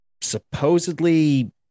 Supposedly